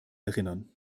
erinnern